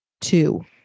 two